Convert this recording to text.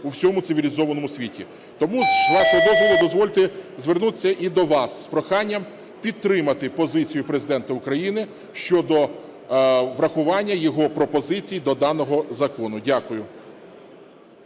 у всьому цивілізованому світі. Тому, з вашого дозволу, дозвольте звернутись і до вас з проханням підтримати позицію Президента України щодо врахування його пропозицій до даного закону. Дякую.